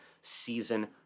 season